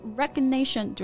recognition